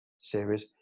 series